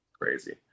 Crazy